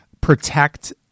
protect